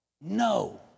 No